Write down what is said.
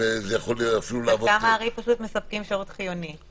וזה יכול אפילו להוות --- חלקם הארי פשוט מספקים שירות חיוני.